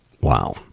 Wow